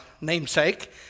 namesake